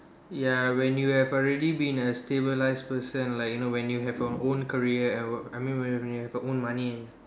ya when you have already been a stabilized person like you know when you have your own career and work I mean when you have your own money